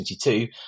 2022